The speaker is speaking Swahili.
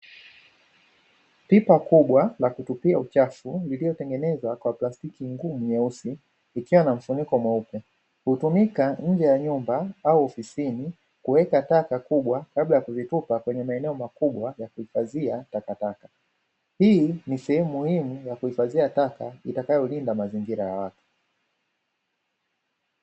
Pipa kubwa la kutupia uchafu, lililotengenezwa kwa plastiki ngumu nyeusi, kikiwa na mfuniko mweupe. Hutumika nje ya nyumba au ofisini, kuweka taka kubwa kabla ya kuzitupa kwenye maeneo makubwa ya kuifadhia takataka. Hii ni sehemu muhimu ya kuifadhia takataka, itakayolinda mazingira ya afya.